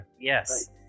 yes